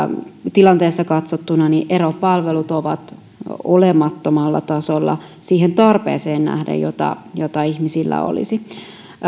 tilanteessa katsottuna eropalvelut ovat olemattomalla tasolla siihen tarpeeseen nähden jota jota ihmisillä olisi